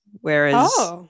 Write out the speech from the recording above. whereas